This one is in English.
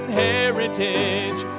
heritage